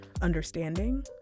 understanding